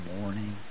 morning